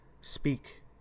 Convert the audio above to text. speak